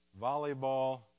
volleyball